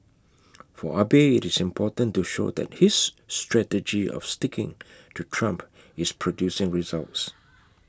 for Abe IT is important to show that his strategy of sticking to Trump is producing results